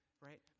Right